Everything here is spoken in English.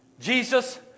Jesus